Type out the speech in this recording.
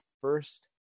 first